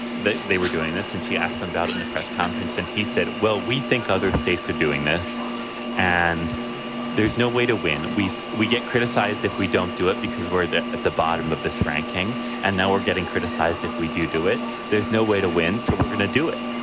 they were doing this and she asked them about it in the press conference and he said, well, we think other states are doing this and there is no way to win. we. so we get criticized if we don't do it because we're at the bottom of this ranking and now we're getting criticized. if we do do it. there's no way to win. so we're going to do it.